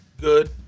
good